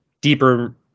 deeper